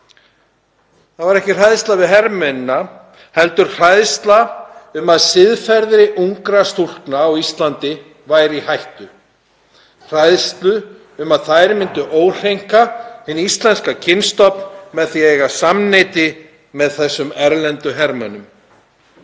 Það var ekki hræðsla við hermennina heldur hræðsla um að siðferði ungra stúlkna á Íslandi væri í hættu, hræðsla um að þær myndu óhreinka hinn íslenska kynstofn með því að eiga samneyti við þessa erlendu hermenn.